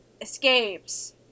escapes